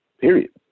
period